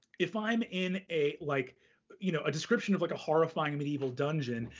if i'm in a like you know a description of like a horrifying medieval dungeon,